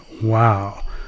wow